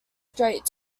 straight